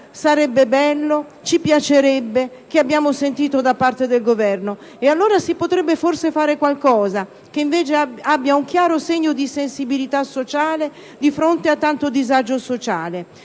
«sarebbe bello», «ci piacerebbe» che abbiamo sentito dal Governo. Allora, si potrebbe forse fare qualcosa che invece abbia un chiaro segno di sensibilità sociale di fronte a tanto disagio.